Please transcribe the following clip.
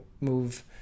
move